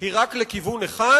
היא רק לכיוון אחד,